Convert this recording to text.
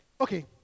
okay